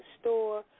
store